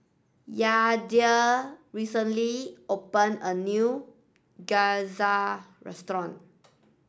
Yadiel recently opened a new Gyoza Restaurant